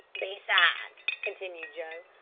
besides, continued joe,